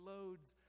Loads